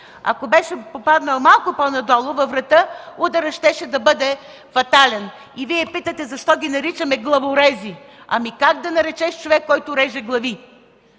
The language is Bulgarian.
Ако беше попаднал малко по-надолу във врата, ударът щеше да бъде фатален. И Вие питате защо ги наричаме главорези?! Ами как да наречеш човек, който реже глави?